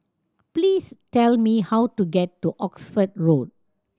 please tell me how to get to Oxford Road